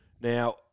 Now